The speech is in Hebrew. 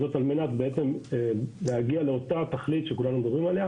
על מנת להגיע לאותה תכלית שכולם מדברים עליה